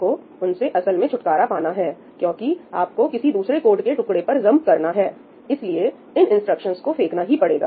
आपको उनसे असल में छुटकारा पाना है क्योंकि आपको किसी दूसरे कोड के टुकड़े पर जंप करना है इसलिए इन इंस्ट्रक्शंस को फेंकना ही पड़ेगा